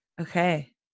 Okay